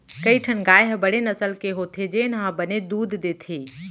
कई ठन गाय ह बड़े नसल के होथे जेन ह बने दूद देथे